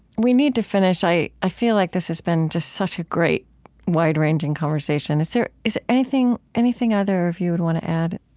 we need to finish. i i feel like this has been just such a great wide-ranging conversation. is there anything anything either of you would want to add?